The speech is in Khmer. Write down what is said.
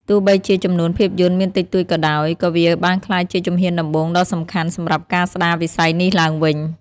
ទោះបីជាចំនួនភាពយន្តមានតិចតួចក៏ដោយ ក៏វាបានក្លាយជាជំហានដំបូងដ៏សំខាន់សម្រាប់ការស្តារវិស័យនេះឡើងវិញ។